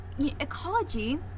ecology